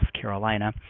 Carolina